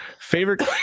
Favorite